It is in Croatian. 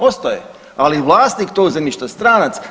Ostaje, ali vlasnik tog zemljišta je stranac.